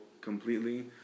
completely